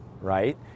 right